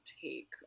take